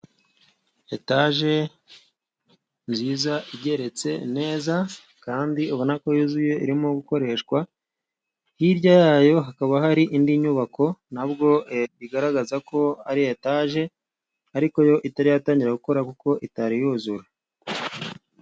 Etaje nziza ,igeretse neza, kandi ubona ko yuzuye irimo gukoreshwa, hirya yayo hakaba hari indi nyubako na bwo igaragaza ko ari etaje ,ariko yo itaratangira gukora kuko itari yuzura.